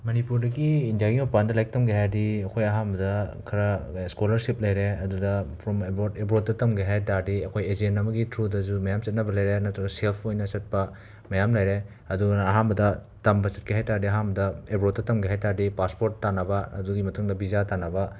ꯃꯅꯤꯄꯨꯔꯗꯒꯤ ꯏꯟꯗ꯭ꯌꯥꯒꯤ ꯃꯄꯥꯟꯗ ꯂꯥꯏꯔꯤꯛ ꯇꯝꯒꯦ ꯍꯥꯏꯔꯗꯤ ꯑꯩꯈꯣꯏ ꯑꯍꯥꯟꯕꯗ ꯈꯔ ꯁ꯭ꯀꯣꯂꯔꯁꯤꯞ ꯂꯩꯔꯦ ꯑꯗꯨꯗ ꯐ꯭ꯔꯣꯝ ꯑꯦꯕꯣꯔꯗ ꯑꯦꯕꯣꯔꯗꯇ ꯇꯝꯒꯦ ꯍꯥꯏꯕ ꯇꯥꯔꯗꯤ ꯑꯩꯈꯣꯏ ꯑꯦꯖꯦꯟ ꯑꯃꯒꯤ ꯊ꯭ꯔꯨꯗꯁꯨ ꯃꯌꯥꯝ ꯆꯠꯅꯕ ꯂꯩꯔꯦ ꯅꯠꯇ꯭ꯔꯒ ꯁꯦꯜꯐ ꯑꯣꯏꯅ ꯆꯠꯄ ꯃꯌꯥꯝ ꯂꯩꯔꯦ ꯑꯗꯨꯅ ꯑꯍꯥꯟꯕꯗ ꯇꯝꯕ ꯆꯠꯀꯦ ꯍꯥꯏꯕ ꯇꯥꯔꯗꯤ ꯑꯍꯥꯟꯕꯗ ꯑꯦꯕꯣꯔꯗꯇ ꯇꯝꯒꯦ ꯍꯥꯏꯕ ꯇꯥꯔꯗꯤ ꯄꯥꯁꯄꯣꯔꯠ ꯇꯥꯟꯅꯕ ꯑꯗꯨꯒꯤ ꯃꯊꯪꯗ ꯕꯤꯖꯥ ꯇꯥꯟꯅꯕ